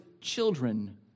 children